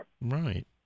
Right